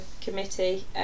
committee